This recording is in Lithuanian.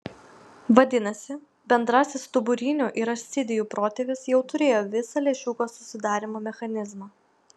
vadinasi bendrasis stuburinių ir ascidijų protėvis jau turėjo visą lęšiuko susidarymo mechanizmą